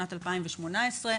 בשנת 2018,